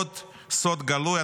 עוד סוד גלוי?